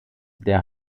der